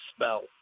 spell